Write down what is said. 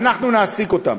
אנחנו נעסיק אותם.